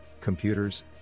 computers